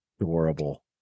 adorable